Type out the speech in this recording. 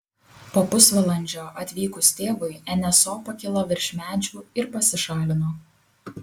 po pusvalandžio atvykus tėvui nso pakilo virš medžių ir pasišalino